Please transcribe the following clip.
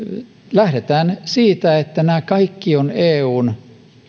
lähdetään siitä että nämä kaikki ovat eun